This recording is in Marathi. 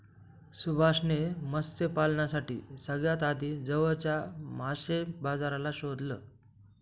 सुभाष ने मत्स्य पालनासाठी सगळ्यात आधी जवळच्या मासे बाजाराला शोधलं